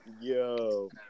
Yo